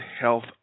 Health